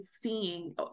seeing